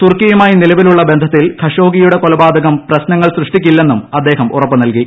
തുർക്കിയുമായി നിലവിലുള്ള് ബന്ധത്തിൽ ഖഷോഗിയുടെ കൊലപാതകം പ്രശ്നിങ്ങൾ സൃഷ്ടിക്കില്ലെന്നും അദ്ദേഹം ഉറപ്പ് നൽകി